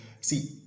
see